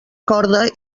corda